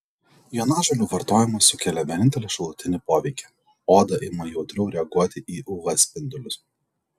jonažolių vartojimas sukelia vienintelį šalutinį poveikį oda ima jautriau reaguoti į uv spindulius